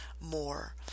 more